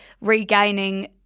regaining